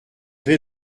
vais